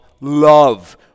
love